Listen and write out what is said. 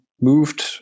moved